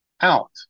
out